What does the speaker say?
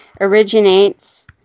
originates